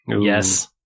Yes